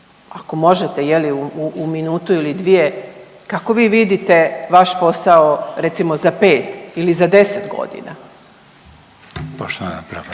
ako možete je li u minutu ili dvije. Kako vi vidite vaš posao recimo za pet ili za deset godina? **Reiner,